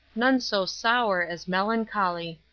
none so sour as melancholy.